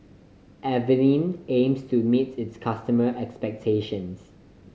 Avene aims to meet its customers' expectations